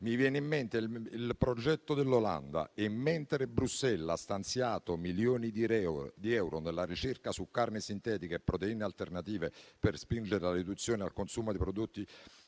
Mi viene in mente il progetto dell'Olanda. Mentre Bruxelles ha stanziato milioni di euro per la ricerca su carne sintetica e proteine alternative per spingere la riduzione del consumo di prodotti